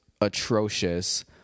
atrocious